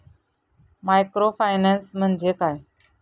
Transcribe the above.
Microfinance म्हणजे काय?